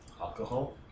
Alcohol